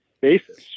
basis